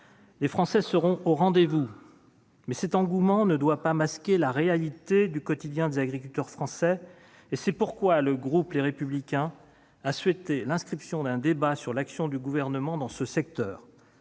les Français seront au rendez-vous. Mais cet engouement ne doit pas masquer la réalité du quotidien des agriculteurs français ; c'est pourquoi les élus du groupe Les Républicains ont souhaité l'inscription d'un débat sur l'action du Gouvernement dans ce secteur.